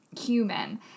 human